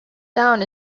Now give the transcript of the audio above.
down